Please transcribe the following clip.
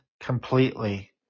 completely